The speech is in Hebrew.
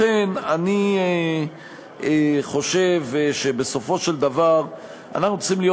לכן אני חושב שבסופו של דבר אנחנו צריכים להיות